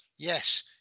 Yes